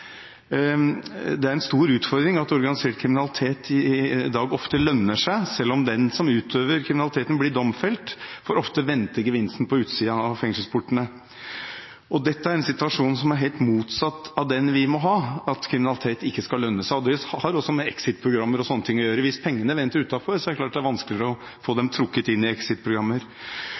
er en stor utfordring at organisert kriminalitet i dag ofte lønner seg selv om de som utøver kriminaliteten, blir domfelt, for ofte venter gevinsten på utsiden av fengselsportene. Dette er en situasjon som er helt motsatt av den vi må ha: at kriminalitet ikke skal lønne seg. Dette har også med exit-programmer og sånt å gjøre. Hvis pengene venter utenfor, er det klart at det er vanskeligere å få dem trukket inn i